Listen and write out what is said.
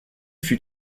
fut